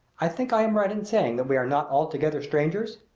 i think i am right in saying that we are not altogether strangers?